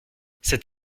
cet